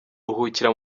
ruhukira